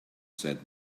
said